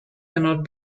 cannot